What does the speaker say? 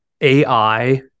AI